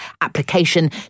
application